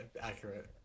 accurate